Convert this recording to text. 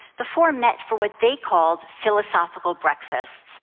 the four met for what they called philosophical breakfasts.